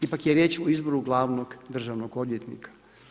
Ipak je riječ o izboru glavnog državnog odvjetnika.